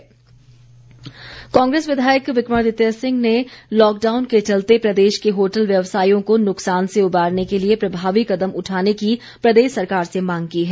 विकमादित्य कांग्रेस विधायक विक्रमादित्य सिंह ने लॉकडाउन के चलते प्रदेश के होटल व्यवसायियों को नुकसान से उबारने के लिए प्रभावी कदम उठाने की प्रदेश सरकार से मांग की है